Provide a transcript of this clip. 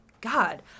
God